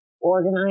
organize